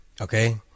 Okay